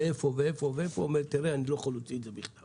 אומר: אני לא יכול להוציא את זה בכתב.